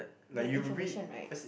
that information right